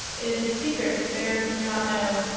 it is a secret the bears do not know,